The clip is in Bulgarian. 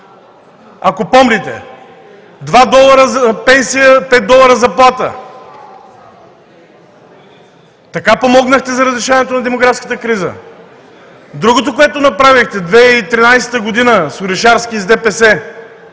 Ако помните – 2 долара за пенсия, 5 долара заплата. Така помогнахте за разрешаването на демографската криза. Другото, което направихте в 2013 г. с Орешарски и с ДПС